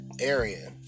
area